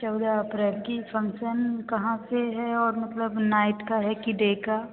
चौदह अप्रैल कि फंक्सन कहाँ से है और मतलब नाइट का है कि डे का